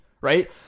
right